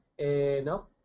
no